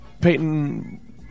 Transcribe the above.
Peyton